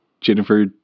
Jennifer